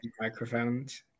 microphones